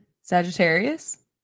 Sagittarius